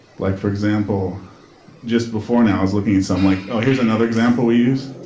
like for example just before now i was looking at some. like, oh, here's another example we use.